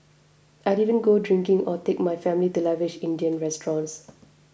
I didn't go drinking or take my family to lavish Indian restaurants